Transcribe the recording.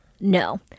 No